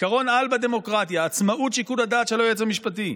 עקרון-על בדמוקרטיה: עצמאות שיקול הדעת של היועץ המשפטי.